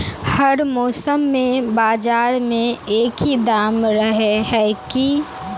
हर मौसम में बाजार में एक ही दाम रहे है की?